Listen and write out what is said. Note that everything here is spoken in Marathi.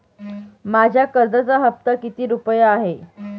माझ्या कर्जाचा हफ्ता किती रुपये आहे?